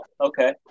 okay